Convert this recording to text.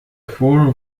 forum